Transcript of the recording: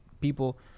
people